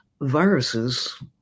viruses